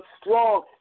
strong